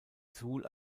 suhl